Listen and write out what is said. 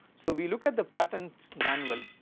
so, we look at the patents manual